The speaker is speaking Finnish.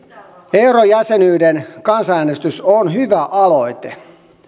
eurojäsenyyden kansanäänestys on hyvä aloite